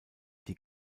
die